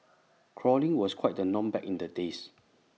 crawling was quite the norm back in the days